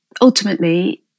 ultimately